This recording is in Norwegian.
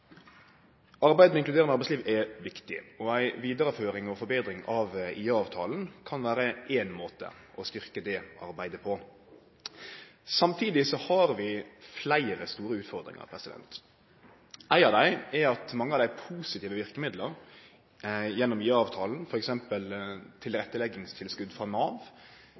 Arbeid med inkluderande arbeidsliv er viktig, og ei vidareføring og forbetring av IA-avtalen kan vere ein måte å styrkje det arbeidet på. Samtidig har vi fleire store utfordringar. Ei av dei er at mange av dei positive verkemidla gjennom IA-avtalen, f.eks. tilretteleggingstilskott frå Nav,